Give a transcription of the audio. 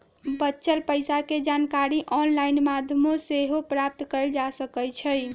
बच्चल पइसा के जानकारी ऑनलाइन माध्यमों से सेहो प्राप्त कएल जा सकैछइ